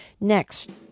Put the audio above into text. Next